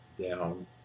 down